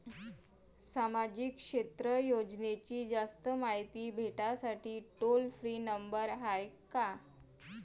सामाजिक क्षेत्र योजनेची जास्त मायती भेटासाठी टोल फ्री नंबर हाय का?